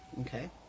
Okay